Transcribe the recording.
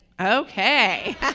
Okay